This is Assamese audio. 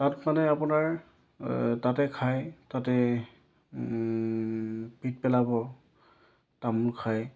তাত মানে আপোনাৰ তাতে খায় তাতে পিক পেলাব তামোল খাই